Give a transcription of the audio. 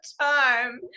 time